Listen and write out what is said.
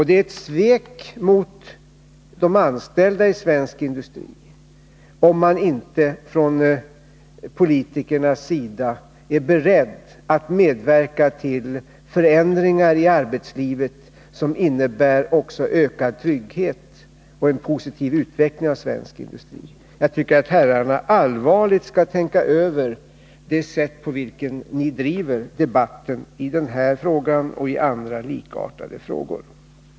Det är ett svek mot de anställda i svensk industri om man inte från politikernas sida är beredd att medverka till förändringar i arbetslivet som också innebär ökad trygghet och en positiv utveckling av svensk industri. Jag tycker att herrarna allvarligt skall tänka över det sätt på vilket ni driver debatten i den här frågan och i andra likartade frågor.